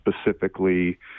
specifically